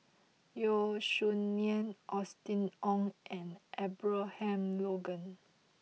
Yeo Song Nian Austen Ong and Abraham Logan